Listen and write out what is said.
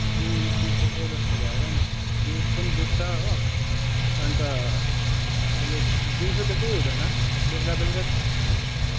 जिउ दुखेको जस्तो भएर नि जिउ पनि दुख्छ हो अन्त अहिले दिउँसो त केही हुँदैन बेलुका बेलुका